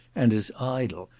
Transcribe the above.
and as idle,